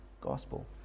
gospel